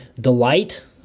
delight